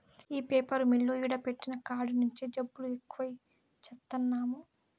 ఈ paper mill ఈడ పెట్టిన కాడి నుంచే జబ్బులు ఎక్కువై చత్తన్నాము